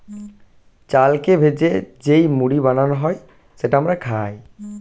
চালকে ভেজে যেই মুড়ি বানানো হয় সেটা আমরা খাই